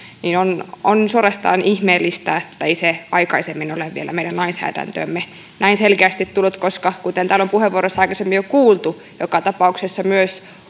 niin on on suorastaan ihmeellistä että se ei aikaisemmin ole vielä meidän lainsäädäntöömme näin selkeästi tullut koska kuten täällä on puheenvuoroista aikaisemmin jo kuultu joka tapauksessa myös